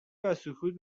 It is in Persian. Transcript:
وسکوت